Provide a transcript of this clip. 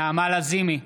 נגד גבי לסקי,